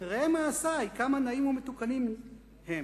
ראה מעשי כמה נאים ומשובחין הן,